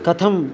कथं